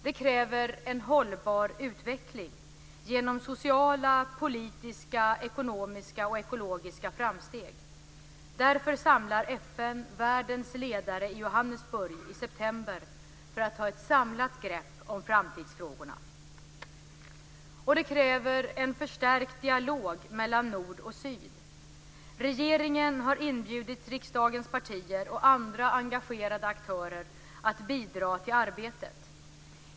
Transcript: Det kräver en hållbar utveckling, genom sociala, politiska, ekonomiska och ekologiska framsteg. Därför samlar FN världens ledare i Johannesburg i september för att ta ett samlat grepp om framtidsfrågorna. Och det kräver en förstärkt dialog mellan nord och syd. Regeringen har inbjudit riksdagens partier och andra engagerade aktörer att bidra till arbetet.